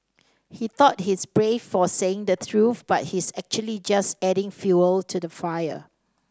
he thought he's brave for saying the truth but he's actually just adding fuel to the fire